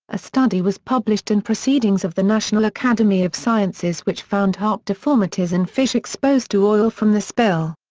a study was published in proceedings of the national academy of sciences which found heart deformities in fish exposed to oil from the spill.